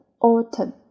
autumn